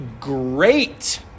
great